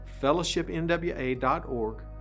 fellowshipnwa.org